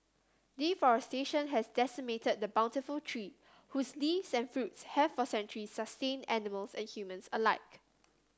deforestation has decimated the bountiful tree whose leaves and fruits have for centuries sustained animals and humans alike